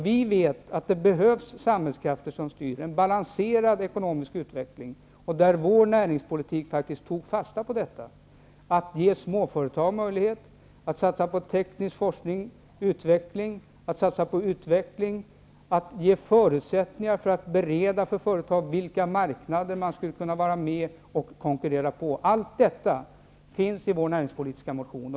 Vi vet att det behövs samhällskrafter som styr en balanserad ekonomisk utveckling, och i vår näringspolitik tog vi faktiskt fasta på detta genom att ge småföretag möjligheter, genom att satsa på teknisk forskning, genom att satsa på utveckling och genom att ange för företagen vilka marknader de skulle kunna vara med och konkurrera på -- allt detta finns i vår näringspolitiska motion.